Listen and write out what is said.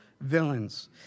villains